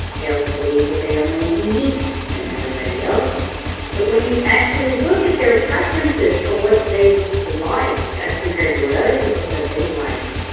they also believe that they are more unique than everybody else but when you actually look at their preferences for what they like as compared to what other people said they like,